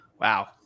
Wow